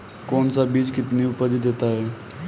कौन सा बीज कितनी उपज देता है?